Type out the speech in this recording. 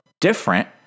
different